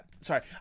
sorry